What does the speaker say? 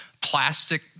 plastic